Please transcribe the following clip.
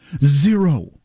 Zero